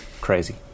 crazy